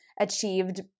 achieved